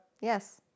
Yes